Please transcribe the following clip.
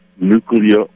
nuclear